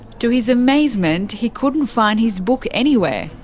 to his amazement, he couldn't find his book anywhere.